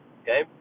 okay